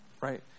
right